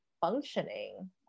functioning